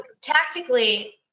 tactically